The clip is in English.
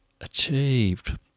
achieved